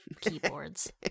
keyboards